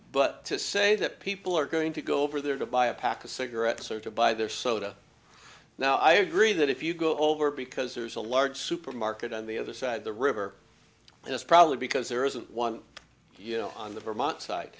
but to say that people are going to go over there to buy a pack of cigarettes or to buy their soda now i agree that if you go over because there's a large supermarket on the other side of the river it's probably because there isn't one you know on the vermont side